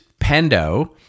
Pendo